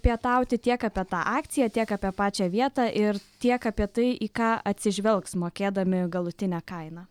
pietauti tiek apie tą akciją tiek apie pačią vietą ir tiek apie tai į ką atsižvelgs mokėdami galutinę kainą